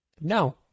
No